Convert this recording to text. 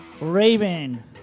Raven